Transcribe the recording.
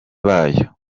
bayo